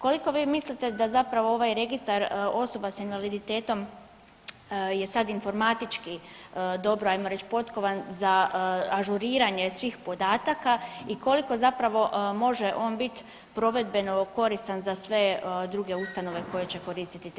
Koliko vi mislite da zapravo ovaj registar osoba sa invaliditetom je sad informatički dobro hajmo reći potkovan za ažuriranje svih podataka i koliko zapravo može on bit provedbeno koristan za sve druge ustanove koje će koristiti te podatke?